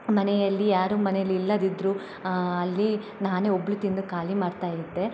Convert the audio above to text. ಮನೆಯಲ್ಲಿ ಯಾರು ಮನೇಲಿ ಇಲ್ಲದಿದ್ದರೂ ಅಲ್ಲಿ ನಾನೇ ಒಬ್ಳು ತಿಂದು ಖಾಲಿ ಮಾಡ್ತಾ ಇದ್ದೆ